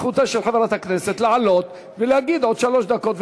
זכותה של חברת הכנסת לעלות ולהגיד עוד שלוש דקות,